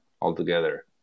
altogether